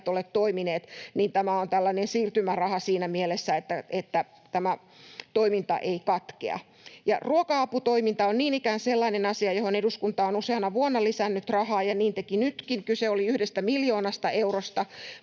eivät ole toimineet, tämä on tällainen siirtymäraha siinä mielessä, että tämä toiminta ei katkea. Ruoka-aputoiminta on niin ikään sellainen asia, johon eduskunta on useana vuonna lisännyt rahaa, ja niin teki nytkin, kyse oli 1 miljoonasta eurosta.